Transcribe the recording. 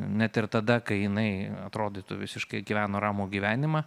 net ir tada kai jinai atrodytų visiškai gyveno ramų gyvenimą